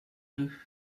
deux